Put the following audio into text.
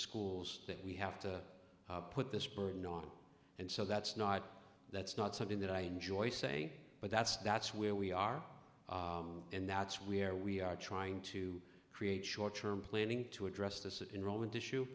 schools that we have to put this burden on and so that's not that's not something that i enjoy saying but that's that's where we are and that's where we are trying to create short term planning to address this in rolling tissue